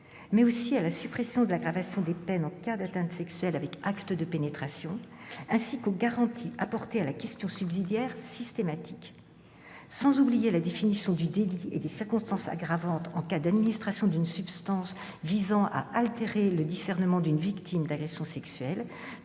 mais aussi à la suppression de l'aggravation des peines en cas d'atteinte sexuelle avec acte de pénétration, ainsi qu'aux garanties apportées à la question subsidiaire systématique, sans oublier la définition du délit et des circonstances aggravantes en cas d'administration d'une substance visant à altérer le discernement d'une victime d'agression sexuelle.